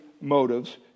motives